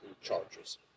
charges